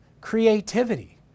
creativity